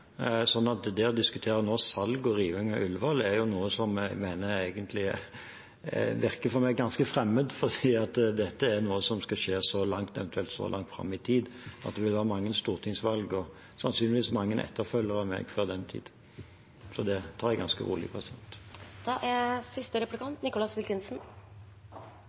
sånn at det nå å diskutere salg og riving av Ullevål virker for meg egentlig ganske fremmed, for dette er noe som skal skje eventuelt så langt fram i tid at det vil være mange stortingsvalg og sannsynligvis mange etterfølgere etter meg fram til den tid, så det tar jeg ganske rolig. Styret i Helse Sør-Øst har selv anerkjent at det er